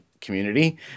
community